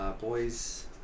Boys